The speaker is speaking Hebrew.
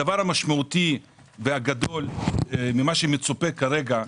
הדבר המשמעותי והגדול ממה שמצופה כרגע,